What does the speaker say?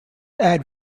add